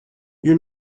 you